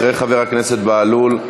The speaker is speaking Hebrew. אחרי חבר הכנסת בהלול,